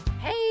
Hey